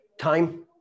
time